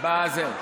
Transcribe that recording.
אבל,